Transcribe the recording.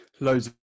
loads